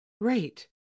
Right